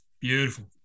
Beautiful